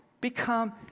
become